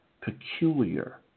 peculiar